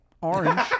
orange